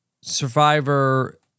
Survivor